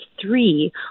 three